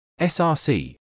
src